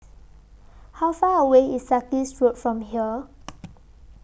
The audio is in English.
How Far away IS Sarkies Road from here